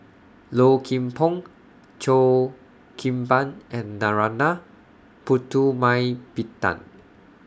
Low Kim Pong Cheo Kim Ban and Narana Putumaippittan